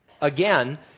Again